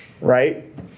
right